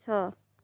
ଛଅ